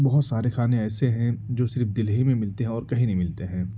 بہت سارے کھانے ایسے ہیں جو صرف دلی میں ملتے ہیں اور کہیں نہیں ملتے ہیں